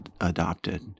adopted